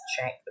check